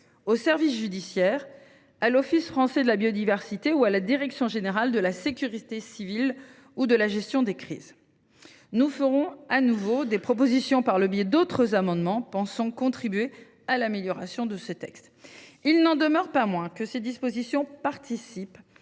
aux services judiciaires, à l’Office français de la biodiversité ou à la direction générale de la sécurité civile et de la gestion des crises. Nous ferons de nouveau des propositions par le biais d’autres amendements afin de contribuer à l’amélioration de ce texte. Il n’en demeure pas moins que ces dispositions participent